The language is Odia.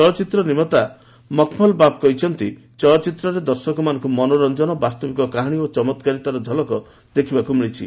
ଚଳଚ୍ଚିତ୍ରର ନିର୍ମାତା ମଖମଲ୍ବାଫ୍ କହିଛନ୍ତି ଚଳଚ୍ଚିତ୍ରରେ ଦର୍ଶକମାନଙ୍କୁ ମନୋରଞ୍ଜନ ବାସ୍ତବିକ କାହାଣୀ ଓ ଚମକ୍କାରିତାର ଝଲକ୍ ଦେଖିବାକୁ ମିଳିଛି